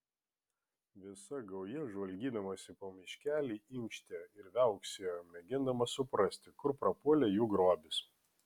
visa gauja žvalgydamasi po miškelį inkštė ir viauksėjo mėgindama suprasti kur prapuolė jų grobis